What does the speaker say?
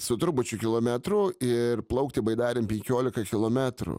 su trupučiu kilometrų ir plaukti baidare penkiolika kilometrų